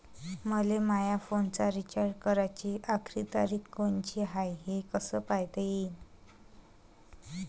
मले माया फोनचा रिचार्ज कराची आखरी तारीख कोनची हाय, हे कस पायता येईन?